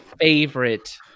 favorite